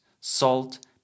Salt